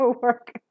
work